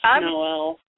Noel